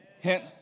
Hint